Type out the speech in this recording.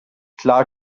klar